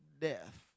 death